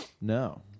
No